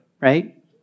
right